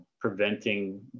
preventing